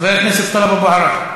חבר הכנסת טלב אבו עראר,